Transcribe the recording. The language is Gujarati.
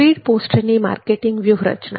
સ્પીડ પોસ્ટની માર્કેટિંગ વ્યૂહરચના